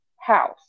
house